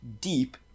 deep